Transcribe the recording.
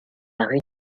rue